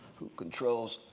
who controls